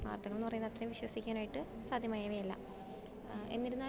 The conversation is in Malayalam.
വാർത്തകളെന്നു പറയുന്നത്രയും വിശ്വസിക്കാനായിട്ട് സാധ്യമായവയല്ല എന്നിരുന്നാലും അത്